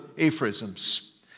aphorisms